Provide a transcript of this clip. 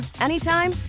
anytime